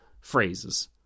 phrases